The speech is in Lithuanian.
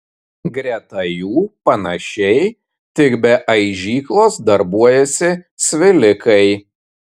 greta jų panašiai tik be aižyklos darbuojasi svilikai